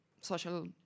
social